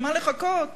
למה לחכות?